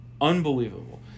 Unbelievable